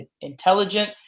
intelligent